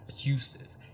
abusive